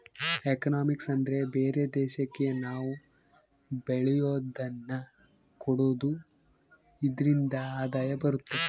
economics ಅಂದ್ರೆ ಬೇರೆ ದೇಶಕ್ಕೆ ನಾವ್ ಬೆಳೆಯೋದನ್ನ ಕೊಡೋದು ಇದ್ರಿಂದ ಆದಾಯ ಬರುತ್ತೆ